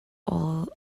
all